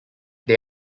they